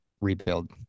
rebuild